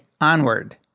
onward